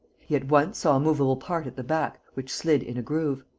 he at once saw a movable part at the back, which slid in a groove.